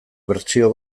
bertsio